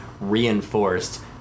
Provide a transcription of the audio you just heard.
reinforced